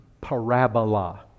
parabola